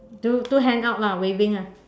two two hand out lah waving ah